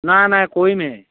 নাই নাই